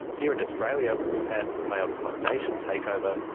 here in australia we've had the failed klub nation takeover,